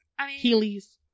Heelys